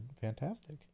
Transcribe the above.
fantastic